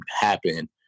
happen